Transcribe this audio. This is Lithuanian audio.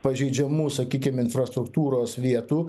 pažeidžiamų sakykim infrastruktūros vietų